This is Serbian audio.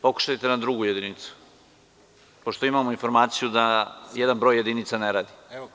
Pokušajte na drugu jedinicu, pošto imamo informaciju da jedan broj jedinica ne radi.